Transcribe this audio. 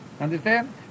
Understand